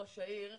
ראש העיר,